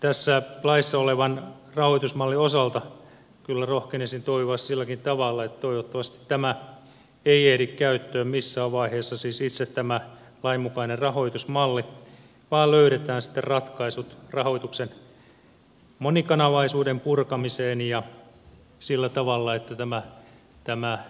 tässä laissa olevan rahoitusmallin osalta kyllä rohkenisin toivoa silläkin tavalla että toivottavasti tämä ei ehdi käyttöön missään vaiheessa siis itse tämä lainmukainen rahoitusmalli vaan löydetään sitten ratkaisut rahoituksen monikanavaisuuden purkamiseen ja sillä tavalla että tämä niin sanottu